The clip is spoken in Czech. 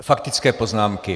Faktické poznámky.